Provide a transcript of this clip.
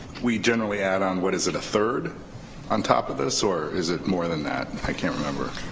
we generally add on, what is it, a third on top of this or is it more than that? i can't remember.